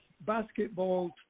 basketball